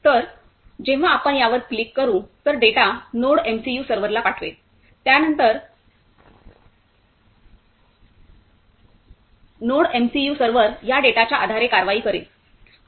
तर जेव्हा आपण यावर क्लिक करू तर डेटा नोडएमसीयू सर्व्हरला पाठवेल त्यानंतर नोडिएमसीयू सर्व्हर या डेटाच्या आधारे कारवाई करेल